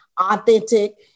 authentic